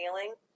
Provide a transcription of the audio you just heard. feeling